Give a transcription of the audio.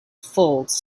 folds